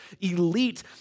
elite